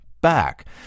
back